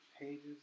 pages